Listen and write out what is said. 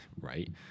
Right